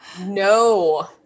No